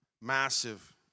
massive